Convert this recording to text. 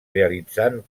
realitzant